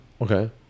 Okay